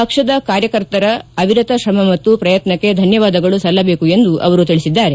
ಪಕ್ಷದ ಕಾರ್ಯಕರ್ತರ ಅವಿರತ ತ್ರಮ ಮತ್ತು ಪ್ರಯತ್ನಕ್ಕೆ ಧನ್ಯವಾದಗಳು ಸಲ್ಲಬೇಕು ಎಂದು ಅವರು ತಿಳಿಸಿದ್ದಾರೆ